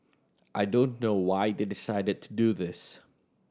I don't know why they decided to do this